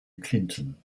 clinton